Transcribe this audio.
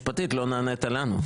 ושלישית בהצעת חוק-יסוד: השפיטה (תיקון מספר 5) (עילת הסבירות).